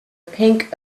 pink